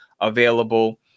available